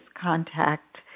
contact